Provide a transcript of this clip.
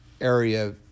area